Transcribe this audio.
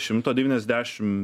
šimto devyniasdešim